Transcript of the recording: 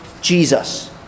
Jesus